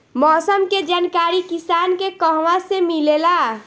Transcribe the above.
मौसम के जानकारी किसान के कहवा से मिलेला?